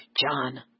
John